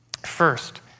First